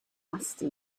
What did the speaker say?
musty